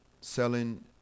selling